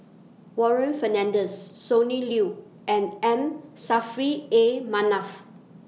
Warren Fernandez Sonny Liew and M Saffri A Manaf